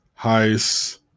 heist